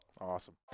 Awesome